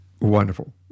wonderful